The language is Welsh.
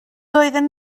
doedden